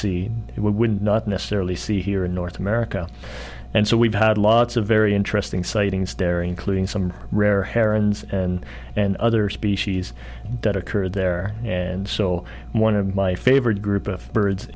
would not necessarily see here in north america and so we've had lots of very interesting sightings dairy including some rare herons and and other species that occurred there and so one of my favorite group of birds